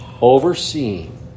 overseeing